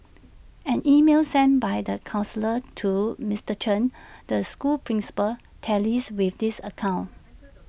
an email sent by the counsellor to Mister Chen the school's principal tallies with this account